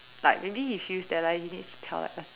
like maybe he feels that like he needs to tell like a